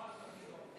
סעיפים 1